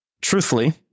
Truthfully